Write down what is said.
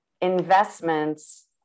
investments